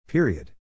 Period